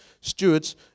stewards